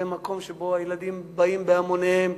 זה מקום שהילדים באים אליו בהמוניהם.